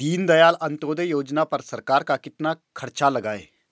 दीनदयाल अंत्योदय योजना पर सरकार का कितना खर्चा लगा है?